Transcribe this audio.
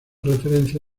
referencia